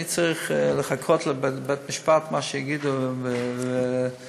אני צריך לחכות למה שיגידו בבית משפט,